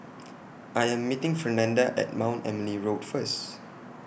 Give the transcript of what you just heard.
I Am meeting Fernanda At Mount Emily Road First